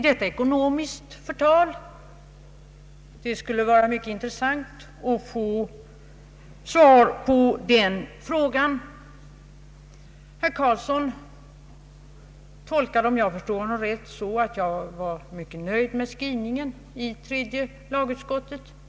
är detta ekonomiskt förtal? Det skulle vara mycket intressant att få svar på den frågan. Herr Karlsson tolkade mitt anförande så, om jag förstod honom rätt, att jag var mycket nöjd med tredje lagutskottets skrivning.